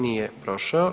Nije prošao.